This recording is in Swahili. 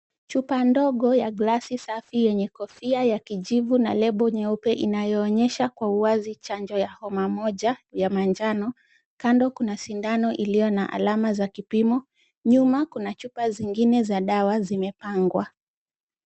Chupa ndogo ya gilasi safi yenye kofia ya kijivu na lebo nyeupe inayoonyesha kwa uwazi chanjo ya homa moja ya manjano. Kando kuna sindano iliyo na alama za kipimo. Nyuma kuna chupa zingine za dawa zimepangwa.